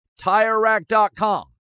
TireRack.com